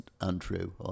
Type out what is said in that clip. untrue